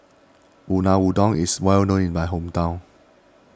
Unadon is well known in my hometown